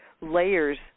layers